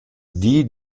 dee